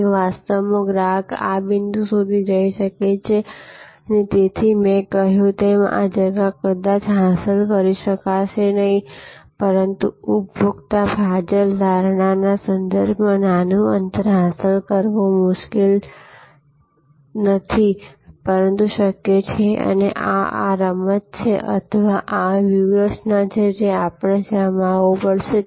અને વાસ્તવમાં ગ્રાહક આ બિંદુ સુધી જઈ શકે છે અને તેથી મેં કહ્યું તેમ આ જગા કદાચ હાંસલ કરી શકાશે નહીં પરંતુ ઉપભોક્તા ફાજલ ધારણાના સંદર્ભમાં નાનું અંતર હાંસલ કરવું શક્ય છે અને આ રમત છે અથવા આ વ્યૂહરચના છે જે આપણે જમાવવું પડશે